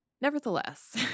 Nevertheless